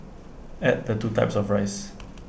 add the two types of rice